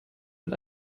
mit